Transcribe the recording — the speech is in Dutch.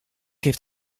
heeft